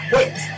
Wait